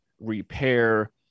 repair